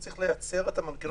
צריך לייצר את המנגנון הזה.